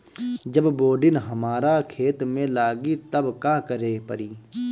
जब बोडिन हमारा खेत मे लागी तब का करे परी?